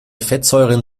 fettsäuren